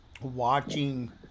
watching